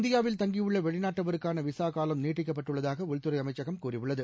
இந்தியாவில் தங்கியுள்ள வெளிநாட்டவருக்கான விசா காலம் நீட்டிக்கப்பட்டுள்ளதாக உள்துறை அமைச்சகம் கூறியுள்ளது